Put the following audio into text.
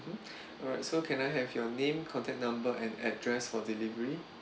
alright so can I have your name contact number and address for delivery